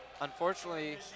Unfortunately